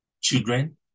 children